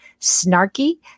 snarky